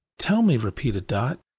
tell me, repeated dot.